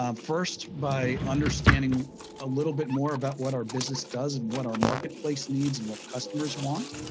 um first by understanding a little bit more about what our business does, and what our marketplace needs, and what customers want.